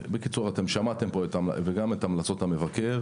אתם שמעתם פה את הדברים וגם את המלצות המבקר.